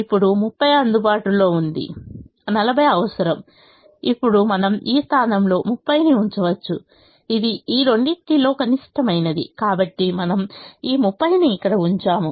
ఇప్పుడు 30 అందుబాటులో ఉంది 40 అవసరం ఇప్పుడు మనం ఈ స్థానంలో 30 ని ఉంచవచ్చు ఇది ఈ రెండింటిలో కనిష్టమైనది కాబట్టి మనము ఈ 30 ని ఇక్కడ ఉంచాము